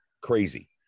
crazy